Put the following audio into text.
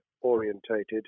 orientated